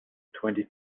twenty